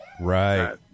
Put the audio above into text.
Right